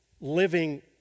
living